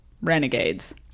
renegades